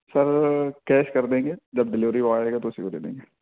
سر cash کر دیں گے جب ڈیلیوری بوائے آئے گا تو اسی کو دے دیں گے